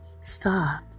stop